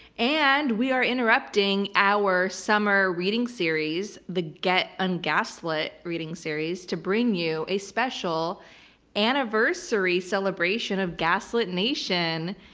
and we are interrupting our summer reading series, the get un-gaslit reading series, to bring you a special anniversary celebration of gaslit nation.